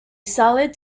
solid